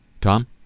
Tom